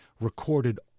recorded